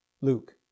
Luke